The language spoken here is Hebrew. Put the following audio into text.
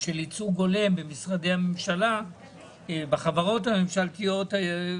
של ייצוג הולם במשרדי הממשלה ובחברות הממשלתיות שלא מתבצע?